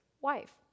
wife